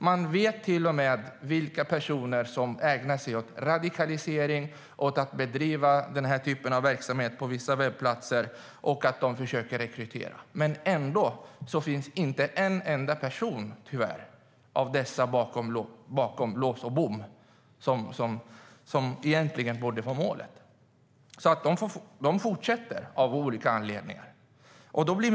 Man vet till och med vilka personer som ägnar sig åt radikalisering och försöker rekrytera på vissa webbplatser. Men ändå finns inte en enda av dessa personer bakom lås och bom. Det borde ju vara målet.